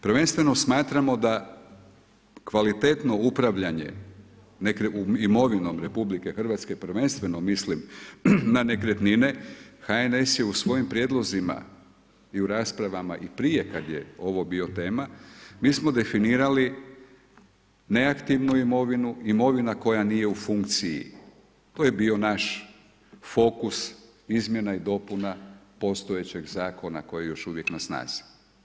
Prvenstveno smatramo da kvalitetno upravljanje imovinom RH, prvenstveno mislim na nekretnine, HNS je u svojim prijedlozima i u raspravama i prije kad je ovo bila tema, mi smo definirali neaktivnu imovinu, imovina koja nije u funkciji, to je bio naš foku izmjena i dopuna postojećeg zakona koji je još uvijek na snazi.